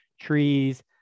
trees